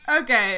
Okay